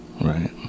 right